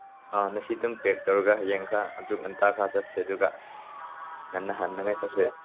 ꯑꯥ ꯉꯁꯤꯗꯨꯝ ꯄꯦꯛ ꯇꯧꯔꯒ ꯍꯌꯦꯡ ꯑꯃꯨꯛꯀ ꯑꯌꯨꯛ ꯉꯟꯇꯥꯅ ꯆꯠꯁꯦ ꯑꯗꯨꯒ ꯉꯟꯅ ꯍꯟꯅꯤꯡꯉꯥꯏ ꯆꯠꯁꯦ